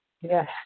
Yes